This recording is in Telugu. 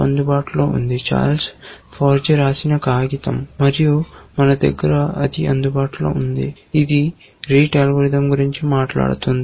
కాబట్టి చార్లెస్ ఫోర్జీ రాసిన కాగితం ఇంటర్నెట్ ద్వారా మనకు అందుబాటులో ఉంది ఇది RETE అల్గోరిథం గురించి మాట్లాడుతుంది